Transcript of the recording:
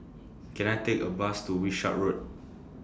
Can I Take A Bus to Wishart Road